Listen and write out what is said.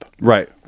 right